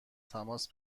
تماس